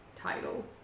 title